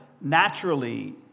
naturally